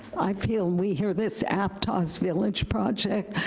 i feel we here, this aptos village project,